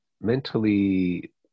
mentally